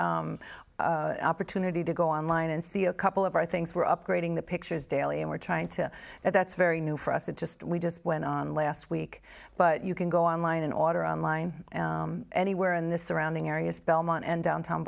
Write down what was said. internet opportunity to go online and see a couple of our things we're upgrading the pictures daily and we're trying to add that's very new for us it just we just went on last week but you can go online and order online anywhere in the surrounding areas belmont and downtown